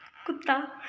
ਕੁੱਤਾ